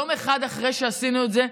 יום אחד אחרי שעשינו את זה,